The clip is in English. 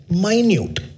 minute